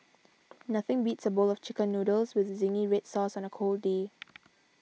nothing beats a bowl of Chicken Noodles with Zingy Red Sauce on a cold day